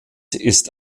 ist